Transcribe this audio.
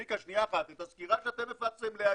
צביקה, את הסקירה שאתם הפצתם להיום,